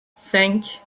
cinq